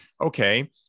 okay